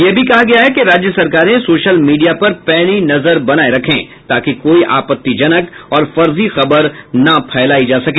यह भी कहा गया है कि राज्य सरकारें सोशल मीडिया पर पैनी नजर बनाये रखें ताकि कोई आपत्तिजनक और फर्जी खबर न फैलाई जा सके